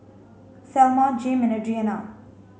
Thelma Jame and Adriana